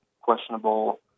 questionable